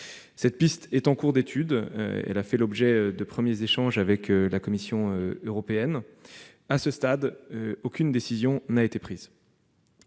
Cette piste est en cours d'étude, après avoir fait l'objet de premiers échanges avec la Commission européenne. À ce stade, aucune décision n'a été prise.